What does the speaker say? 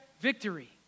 victory